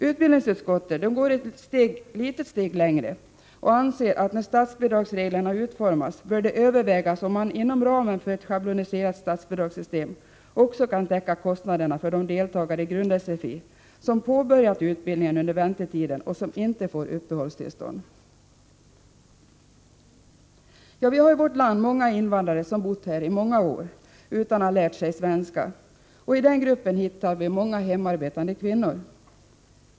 Utbildningsutskottet går ett litet steg längre och anser att när statsbidragsreglerna utformas, bör det övervägas om man inom ramen för ett schabloniserat statsbidragssystem också kan täcka kostnaderna för de deltagare i grund-SFI som påbörjat utbildningen under väntetiden och som inte får uppehållstillstånd. Vi har i vårt land många invandrare som bott här i många år utan att ha lärt sig svenska. I den gruppen hittar vi många hemarbetande kvinnor.